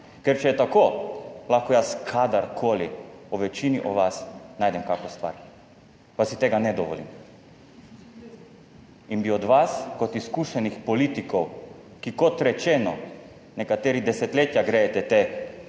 Ker če je tako lahko jaz kadarkoli v večini o vas najdem kakšno stvar, pa si tega ne dovolim. In bi od vas, kot izkušenih politikov, ki, kot rečeno, nekateri desetletja grejete te